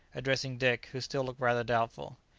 addressing dick, who still looked rather doubtful.